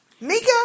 Mika